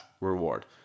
reward